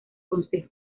consejo